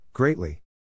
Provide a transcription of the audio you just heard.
Greatly